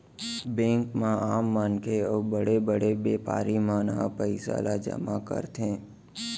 bank म आम मनखे अउ बड़े बड़े बेपारी मन ह पइसा ल जमा करथे